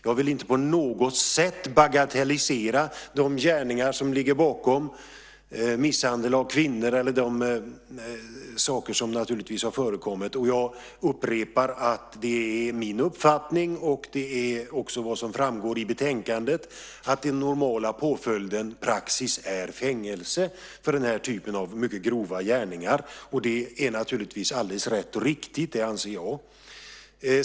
Jag vill inte på något sätt bagatellisera dessa gärningar - misshandel av kvinnor och de andra brott som har nämnts här - och jag upprepar att det är min uppfattning och den uppfattning som framförs i betänkandet att den normala påföljdspraxisen innebär fängelse för denna typ av grova gärningar. Det är rätt och riktigt. Det anser jag.